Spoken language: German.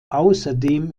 außerdem